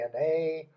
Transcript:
DNA